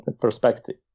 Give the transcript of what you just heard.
perspective